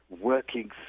working